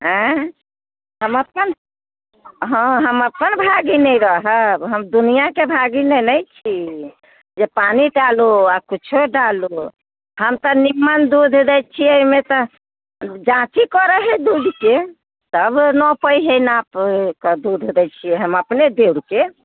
अइ हम अपन हाँ हम अपन भागी ने रहब हम दुनिआके भागी नहि ने छी जे पानि डालो आओर कुछो डालो हम तऽ निमन दूध दै छियै ओइमे तऽ जाँच करै हय दूधके तब नापै हय नापिकऽ दूध दै छियै हम अपने दै छियै